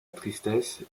tristesse